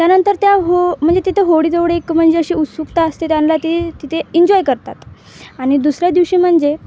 त्यानंतर त्या हो म्हणजे तिथं होळी तेवढी एक म्हणजे अशी उत्सुकता असते त्याना ती तिथे इन्जॉय करतात आणि दुसऱ्या दिवशी म्हणजे